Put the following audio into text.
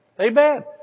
Amen